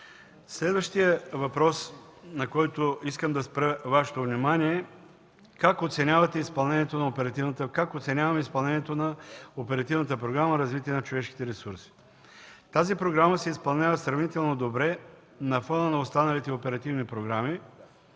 Следващият въпрос, на който искам да спра Вашето внимание: „Как оценяваме изпълнението на Оперативната програма „Развитие на човешките ресурси”? Тази програма се изпълнява сравнително добре на фона на останалите оперативни програми.